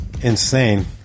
insane